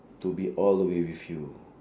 to be all the way with you